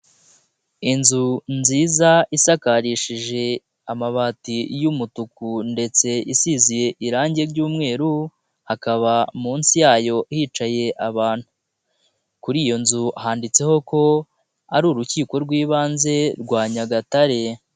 Inzu nziza isakarishije amabati y'umutuku ndetse isiziye irangi ry'umweru, hakaba munsi yayo hicaye abantu, kuri iyo nzu handitseho ko ari Urukiko rw'Ibanze rwa Nyagatare.